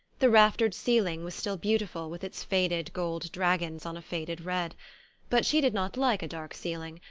the raftered ceiling was still beautiful with its faded gold dragons on a faded red but she did not like a dark ceiling,